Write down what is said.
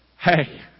hey